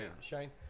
Shane